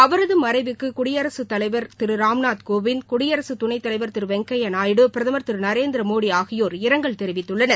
அவரது மறைவுக்கு குடியரசுத் தலைவர் திரு ராம்நாத் கோவிந்த் குடியரசுத் துணை தலைவர் திரு வெங்கையா நாயுடு பிரதமர் திரு நரேந்திரமோடி ஆகியோர் இரங்கல் தெரிவித்துள்ளனர்